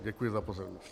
Děkuji za pozornost.